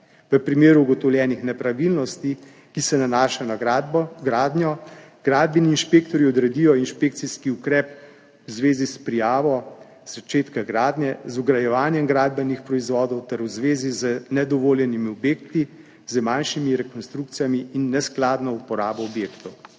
V primeru ugotovljenih nepravilnosti, ki se nanašajo na gradnjo, gradbeni inšpektorji odredijo inšpekcijski ukrep v zvezi s prijavo začetka gradnje, z vgrajevanjem gradbenih proizvodov ter v zvezi z nedovoljenimi objekti, z manjšimi rekonstrukcijami in neskladno uporabo objektov.